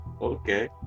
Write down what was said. Okay